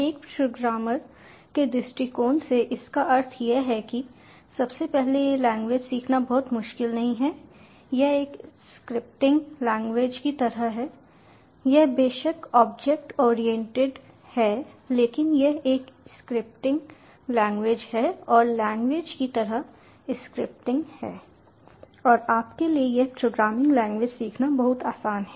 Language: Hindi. एक प्रोग्रामर के दृष्टिकोण से इसका अर्थ यह है कि सबसे पहले यह लैंग्वेज सीखना बहुत मुश्किल नहीं है यह एक स्क्रिप्टिंग लैंग्वेज की तरह है यह बेशक ऑब्जेक्ट ओरिएंटेड है लेकिन यह एक स्क्रिप्टिंग लैंग्वेज है और लैंग्वेज की तरह स्क्रिप्टिंग है और आप के लिए यह प्रोग्रामिंग लैंग्वेज सीखना बहुत आसान है